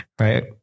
right